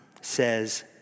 says